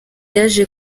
yaje